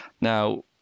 Now